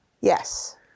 Yes